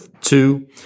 two